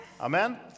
Amen